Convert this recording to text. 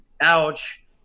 Ouch